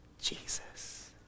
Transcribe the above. Jesus